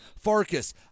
Farkas